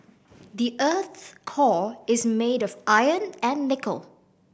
the earth's core is made of iron and nickel